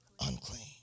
unclean